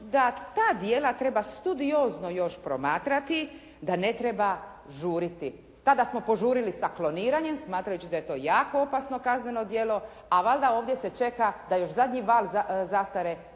da ta djela treba studiozno još promatrati, da ne treba žuriti. Tada smo požurili sa kloniranjem smatrajući da je to jako opasno kazneno djelo, a valjda ovdje se čeka da još zadnji val zastare